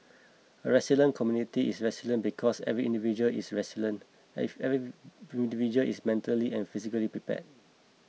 a resilient community is resilient because every individual is resilient if every individual is mentally and physically prepared